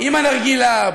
עם הנרגילה,